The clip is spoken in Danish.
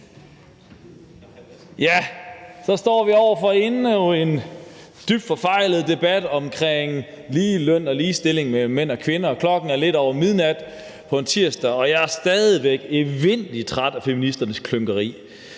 Så står vi over for endnu en dybt forfejlet debat om ligeløn og ligestilling mellem mænd og kvinder, og klokken er lidt over midnat på en tirsdag, og jeg er stadig væk evindelig træt af feministernes klynkeri.